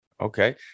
Okay